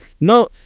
No